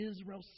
Israel